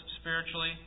spiritually